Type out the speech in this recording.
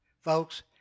Folks